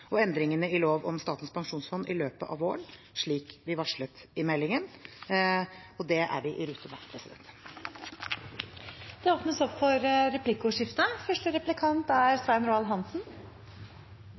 og endringene i lov om Statens pensjonsfond i løpet av våren, slik vi varslet i meldingen. Det er vi i rute med. Det blir replikkordskifte. Jeg takker for